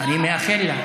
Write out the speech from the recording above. אני מאחל לה.